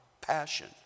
passion